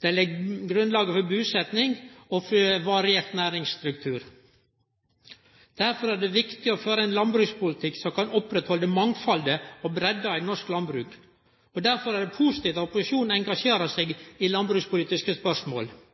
Det legg grunnlaget for busetnad og for variert næringsstruktur. Derfor er det viktig å føre ein landbrukspolitikk som kan oppretthalde mangfaldet og breidda i norsk landbruk. Og derfor er det positivt at opposisjonen engasjerer seg i landbrukspolitiske spørsmål.